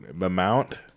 amount